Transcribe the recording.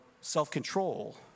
self-control